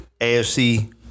AFC